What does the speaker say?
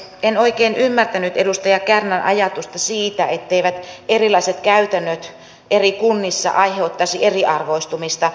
en oikein ymmärtänyt edustaja kärnän ajatusta siitä etteivät erilaiset käytännöt eri kunnissa aiheuttaisi eriarvoistumista